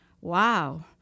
Wow